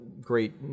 great